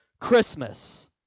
Christmas